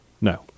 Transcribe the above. No